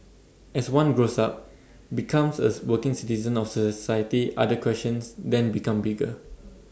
as one grows up becomes A working citizen of society other questions then become bigger